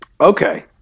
Okay